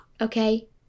okay